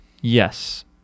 Yes